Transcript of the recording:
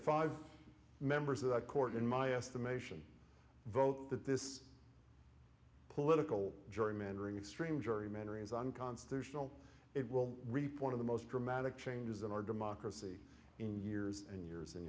five members of that court in my estimation vote that this political jury mentoring extreme gerrymandering is unconstitutional it will report of the most dramatic changes in our democracy in years and years and